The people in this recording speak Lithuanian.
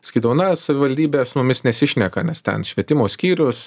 sakydavo na savivaldybė su mumis nesišneka nes ten švietimo skyrius